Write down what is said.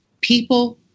people